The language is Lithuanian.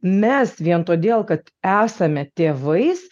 mes vien todėl kad esame tėvais